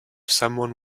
someone